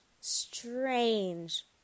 strange